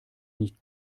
nicht